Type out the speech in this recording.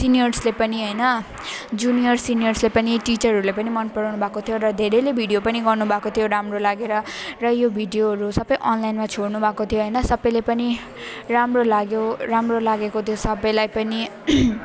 सिनियर्सले पनि होइन जुनियर्स सिनियर्सले पनि टिचरहरूले पनि मन पराउनु भएको थियो र धेरैले भिडियो पनि गर्नु भएको थियो राम्रो लागेर र यो भिडियोहरू सब अनलाइनमा छोड्नु भएको थियो होइन सबले पनि राम्रो लाग्यो राम्रो लागेको थियो सबैलाई पनि